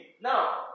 Now